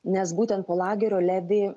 nes būtent po lagerio levi